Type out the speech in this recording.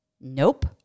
Nope